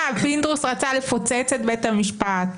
אה, פינדרוס רצה לפוצץ את בית המשפט.